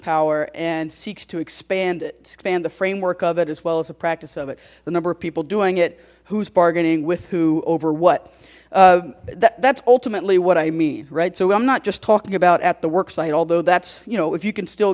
power and seeks to expand expand the framework of it as well as a practice of it the number of people doing it whose bargaining with who over what that's ultimately what i mean right so i'm not just talking about at the worksite although that's you know if you can still